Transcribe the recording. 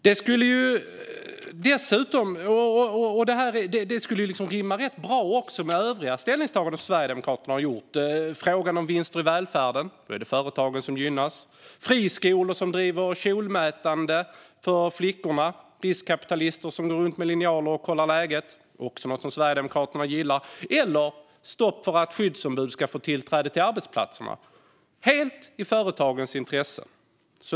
Den skulle rimma rätt bra också med övriga ställningstaganden som Sverigedemokraterna har gjort. När det gäller frågan om vinster i välfärden är det företagen som gynnas. Jag tänker på friskolor som mäter flickors kjolar. Riskkapitalister går runt med linjaler och kollar läget. Det är också något som Sverigedemokraterna gillar. Att skyddsombud inte ska få tillträde till arbetsplatserna är helt i företagens intresse.